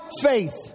faith